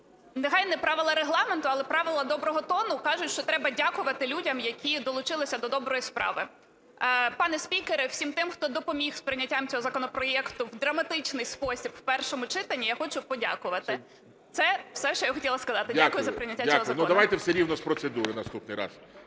Нехай не правила Регламенту, але правила доброго тону кажуть, що треба дякувати людям, які долучилися до доброї справи. Пане спікере, всім тим, хто допоміг з прийняттям цього законопроекту в драматичний спосіб в першому читанні, я хочу подякувати. Це все, що я хотіла сказати. Дякую за прийняття цього закону.